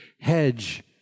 hedge